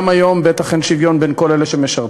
גם היום בטח אין שוויון בין כל אלה שמשרתים,